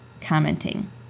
commenting